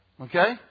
Okay